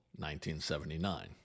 1979